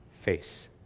face